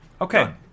Okay